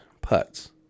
putts